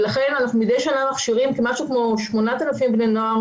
לכן אנחנו מדי שנה מכשירים משהו כמו 8,000 בני נוער